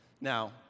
Now